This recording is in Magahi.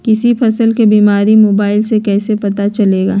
किसी फसल के बीमारी मोबाइल से कैसे पता चलेगा?